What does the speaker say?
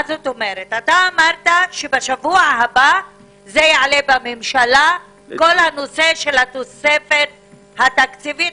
אמרת שבשבוע הבא זה יעלה בממשלה כל הנושא של התוספת התקציבית,